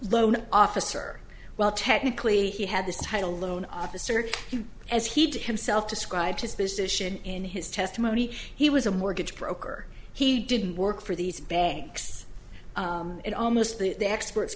loan officer well technically he had this title loan officer as he did himself described his position in his testimony he was a mortgage broker he didn't work for these banks and almost the experts